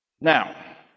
Now